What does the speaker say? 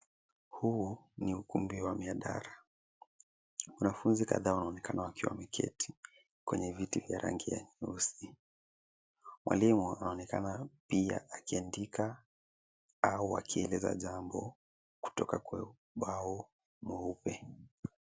Huu ni ukumbi wa mihadhara. Wanafunzi kadhaa wanaonekana wakiwa wameketi kwenye viti vya rangi ya nyeusi. Mwalimu anaonekana pia akiandika au akieleza jambo kutoka kwa ubao mweupe.